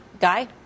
Guy